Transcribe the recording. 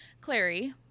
Clary